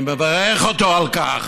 אני מברך אותו על כך.